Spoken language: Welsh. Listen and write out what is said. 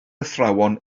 athrawon